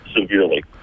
severely